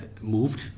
moved